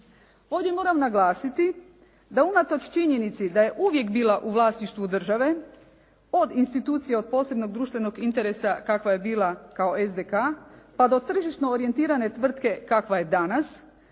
Ovdje moram naglasiti da unatoč činjenici da je uvijek bila u vlasništvu države od institucija od posebnog društvenog interesa kakva je bila kao SDK pa do tržišno orijentirane tvrtke kakva je danas,